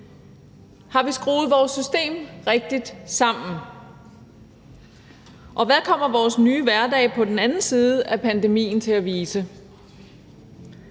Har vi skruet vores system rigtigt sammen? Hvad kommer vores nye hverdag på den anden side af pandemien til at vise?